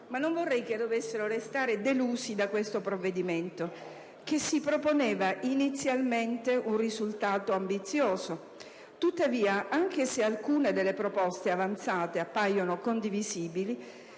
Ma non vorrei che dovessero restare delusi da questo provvedimento, che si proponeva inizialmente un risultato ambizioso. Tuttavia, anche se alcune delle proposte avanzate appaiono condivisibili,